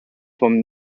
from